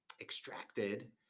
extracted